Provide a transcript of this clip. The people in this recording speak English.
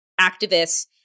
activists